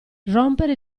rompere